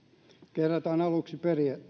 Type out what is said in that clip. kerrataan aluksi